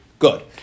Good